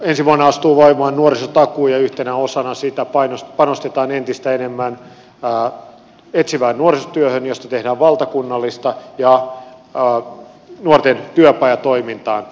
ensi vuonna astuu voimaan nuorisotakuu ja yhtenä osana sitä panostetaan entistä enemmän etsivään nuorisotyöhön josta tehdään valtakunnallista ja nuorten työpajatoimintaan